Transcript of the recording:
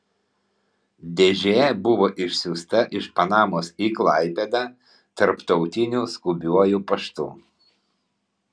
dėžė buvo išsiųsta iš panamos į klaipėdą tarptautiniu skubiuoju paštu